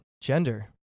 gender